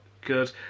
good